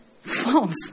false